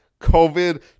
COVID